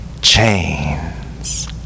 chains